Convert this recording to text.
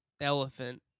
elephant